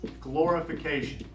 Glorification